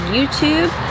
YouTube